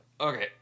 Okay